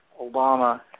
Obama